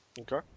Okay